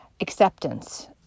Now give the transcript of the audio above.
acceptance